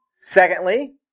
Secondly